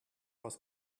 was